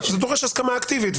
זה דורש הסכמה אקטיבית.